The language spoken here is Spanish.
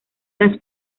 las